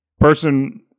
Person